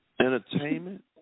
Entertainment